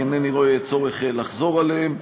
אינני רואה צורך לחזור עליהם.